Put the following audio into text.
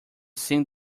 sing